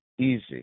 easy